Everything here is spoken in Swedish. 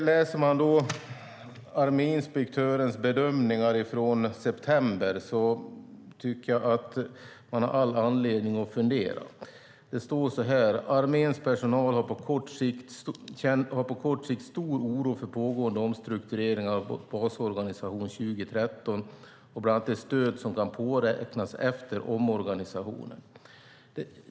Läser man arméinspektörens bedömningar från september har man all anledning att fundera. Han skriver: Arméns personal känner på kort sikt stor oro för pågående omstruktureringar av basorganisation 2013 och bland annat det stöd som kan påräknas efter omorganisationen.